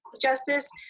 Justice